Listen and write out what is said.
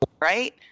right